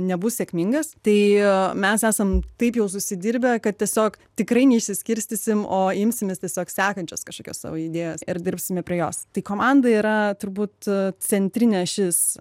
nebus sėkmingas tai mes esam taip jau susidirbę kad tiesiog tikrai neišsiskirstysim o imsimės tiesiog sekančios kažkokios savo idėjos ir dirbsime prie jos tai komanda yra turbūt centrinė ašis